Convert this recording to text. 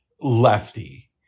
lefty